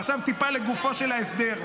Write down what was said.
ועכשיו טיפה לגופו של ההסדר.